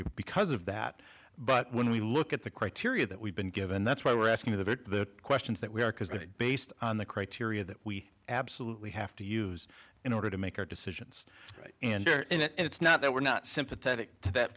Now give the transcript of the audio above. you because of that but when we look at the criteria that we've been given that's why we're asking the questions that we are because they based on the criteria that we absolutely have to use in order to make our decisions and it's not that we're not sympathetic to that